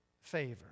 favor